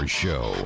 show